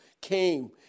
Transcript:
came